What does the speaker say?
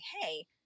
hey